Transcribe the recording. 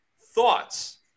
Thoughts